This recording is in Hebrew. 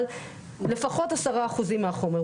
אבל לפחות 10% מהחומר,